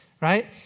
right